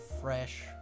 fresh